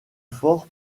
fort